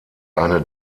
eine